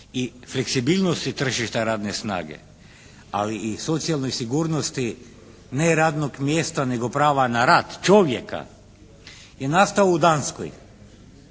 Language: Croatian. i fleksibilnosti tržišta radne snage, ali i socijalnoj sigurnosti ne radnog mjesta nego prava na rad čovjeka je nastao u Danskoj